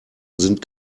sind